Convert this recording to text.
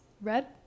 red